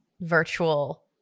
virtual